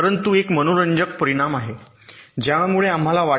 परंतु एक मनोरंजक परिणाम आहे ज्यामुळे आम्हाला चांगले वाटते